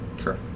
Sure